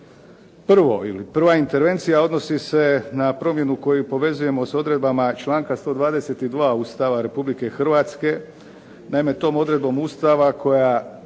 Prvo ili prva intervencija odnosi se na promjenu koju povezujemo s odredbama članka 122. Ustava Republike Hrvatske. Naime, tom odredbom Ustava koja